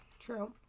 True